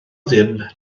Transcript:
ddim